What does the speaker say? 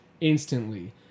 instantly